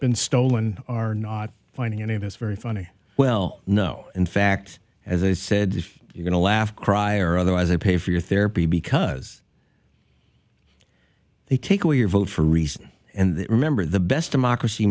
been stolen are not finding any of this very funny well no in fact as i said if you're going to laugh cry or otherwise they pay for your therapy because they take away your vote for a reason and remember the best democracy